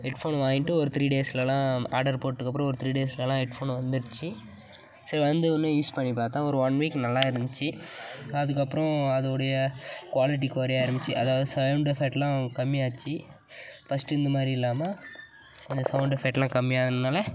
ஹெட்ஃபோனை வாங்கிவிட்டு ஒரு த்ரீ டேஸ்லலாம் ஆர்டர் போட்டதுக்கப்பறோம் ஒரு த்ரீ டேஸ்லலாம் ஹெட்ஃபோன் வந்திருச்சி சரி வந்த ஒடனே யூஸ் பண்ணி பார்த்தேன் ஒரு ஒன் வீக் நல்லா இருந்துச்சி அதுக்கப்பறம் அது உடைய குவாலிட்டி குறைய ஆரம்மிச்சி அதாவது சவுண்ட் எஃபெக்ட்லாம் கம்மியாச்சு பர்ஸ்ட்டு இருந்த மாதிரி இல்லாமல் கொஞ்சம் சவுண்ட் எஃபெக்ட்லாம் கம்மியானதினால